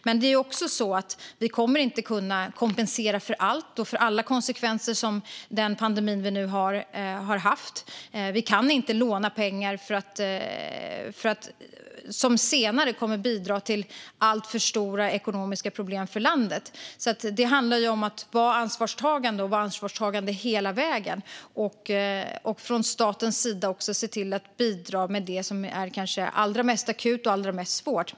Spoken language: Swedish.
Det är också så att vi inte kommer att kunna kompensera för allt och för alla konsekvenser som den pandemi som vi nu befinner oss i har fått. Vi kan inte ta lån som senare kommer att bidra till alltför stora ekonomiska problem för landet. Det handlar om att vara ansvarstagande och om att vara ansvarstagande hela vägen. Från statens sida handlar det också om att se till att bidra med det som är allra mest akut och allra svårast.